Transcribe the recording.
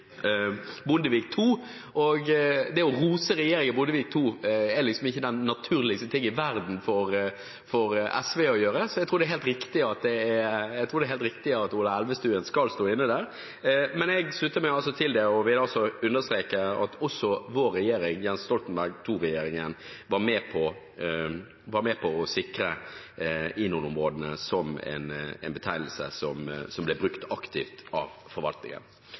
Bondevik II – og det å rose Bondevik II er liksom ikke den naturligste ting i verden for SV å gjøre – så jeg tror det er helt riktig at representanten Ola Elvestuen skal stå inne der. Men jeg slutter meg altså til det, og vil understreke at også vår regjering, Stoltenberg II-regjeringen, var med på å sikre INON-områdene som en betegnelse som ble brukt aktivt av forvaltningen.